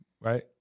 Right